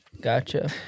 Gotcha